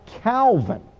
Calvin